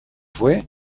fue